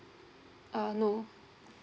uh no